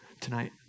tonight